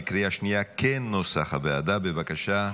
בבקשה,